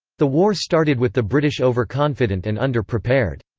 the war started with the british overconfident and under-prepared.